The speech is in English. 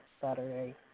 Saturday